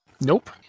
Nope